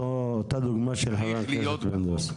כאן בוועדה נקבו במספרים.